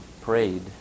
prayed